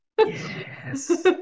Yes